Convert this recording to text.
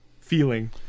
feeling